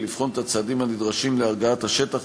ולבחון את הצעדים הנדרשים להרגעת השטח